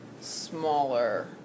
smaller